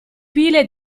pile